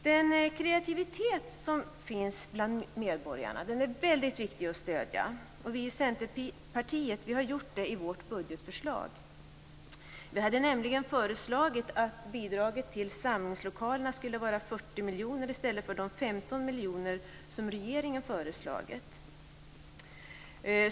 Den kreativitet som finns bland medborgarna är väldigt viktig att stödja. Vi i Centerpartiet har gjort det i vårt budgetförslag. Vi föreslog nämligen att bidraget till samlingslokalerna skulle vara 40 miljoner i stället för de 15 miljoner som regeringen föreslagit.